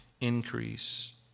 increase